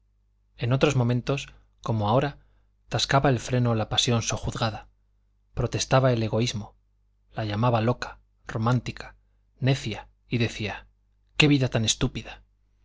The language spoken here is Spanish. en otros momentos como ahora tascaba el freno la pasión sojuzgada protestaba el egoísmo la llamaba loca romántica necia y decía qué vida tan estúpida